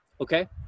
Okay